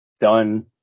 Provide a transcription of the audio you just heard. done